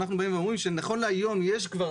ואנחנו באים ואומרים שנכון להיום יש כבר